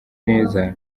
neza